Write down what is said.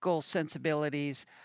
sensibilities